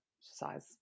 size